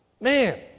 Man